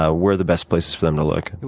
ah where are the best places for them to look?